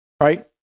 right